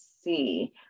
see